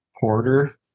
porter